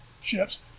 ships